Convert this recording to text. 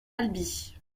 albi